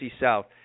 South